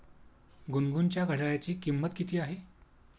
गुनगुनच्या घड्याळाची किंमत किती आहे?